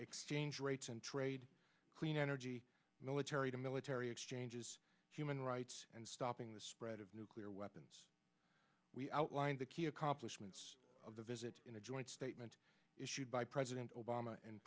exchange rates and trade clean energy military to military exchanges human rights and stopping the spread of nuclear weapons we outlined the key accomplishments of the visit in a joint statement issued by president obama and